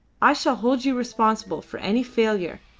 i shall hold you responsible for any failure.